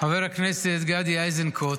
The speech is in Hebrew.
חבר הכנסת גדי איזנקוט